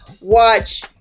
watch